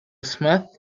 smith